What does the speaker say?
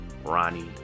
ronnie